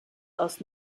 aus